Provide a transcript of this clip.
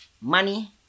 money